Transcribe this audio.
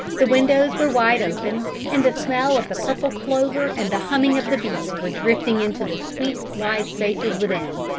the windows were wide open, and the smell of the purple clover and the humming of the bees were drifting into the sweet, wide spaces within.